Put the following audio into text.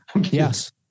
Yes